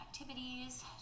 activities